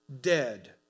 dead